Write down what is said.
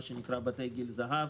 מה שנקרא בתי גיל זהב,